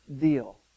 deal